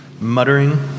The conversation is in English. muttering